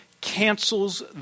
cancels